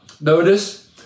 Notice